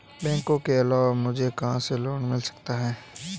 बैंकों के अलावा मुझे कहां से लोंन मिल सकता है?